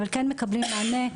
כן מקבלים מענה.